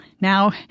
now